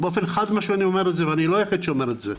באופן חד משמעי אני אומר את זה ואני לא היחיד שאומר את זה,